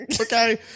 okay